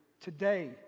Today